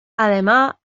además